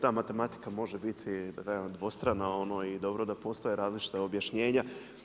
ta matematika može biti dvostrana i dobro da postoje različita objašnjenja.